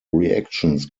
reactions